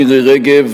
מירי רגב,